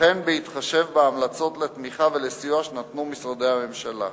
וכן בהתחשב בהמלצות לתמיכה ולסיוע שנתנו משרדי הממשלה.